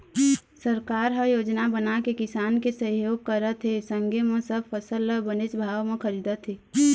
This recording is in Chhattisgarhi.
सरकार ह योजना बनाके किसान के सहयोग करत हे संगे म सब फसल ल बनेच भाव म खरीदत हे